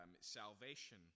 salvation